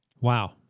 Wow